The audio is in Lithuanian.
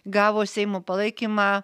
gavo seimo palaikymą